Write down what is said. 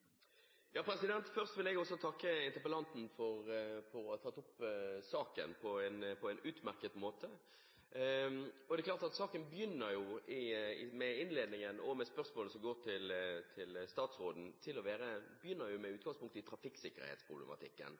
Først vil jeg også takke interpellanten for å ha tatt opp saken på en utmerket måte. Det er klart at saken begynner med innledningen og med spørsmålet som går til statsråden